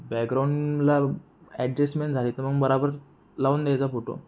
बॅकग्राऊंडला adjustment झाली तर मग बरोबर लावून द्यायचा फोटो